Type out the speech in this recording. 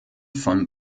vom